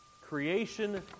Creation